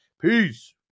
Peace